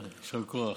יישר כוח.